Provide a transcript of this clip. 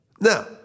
Now